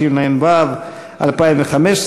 התשע"ו 2015,